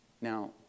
Now